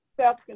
self